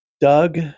Doug